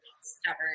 stubborn